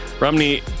Romney